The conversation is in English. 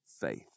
faith